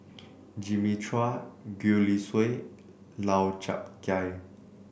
Jimmy Chua Gwee Li Sui Lau Chiap Khai